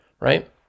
right